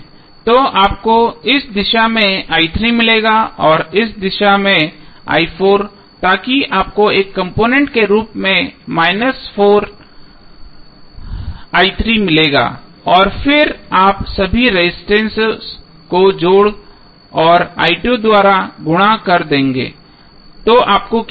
तो आपको इस दिशा में मिलेगा और इस दिशा में ताकि आपको एक कॉम्पोनेन्ट के रूप में मिलेगा और फिर आप सभी रेजिस्टेंसों को जोड़ और द्वारा गुणा कर देंगे तो आपको क्या मिलेगा